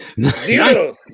zero